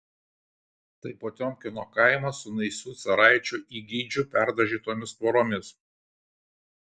tai potiomkino kaimas su naisių caraičio įgeidžiu perdažytomis tvoromis